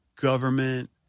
government